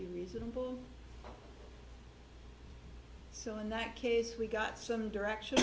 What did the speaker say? be reasonable so in that case we got some direction